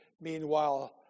Meanwhile